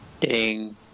Ding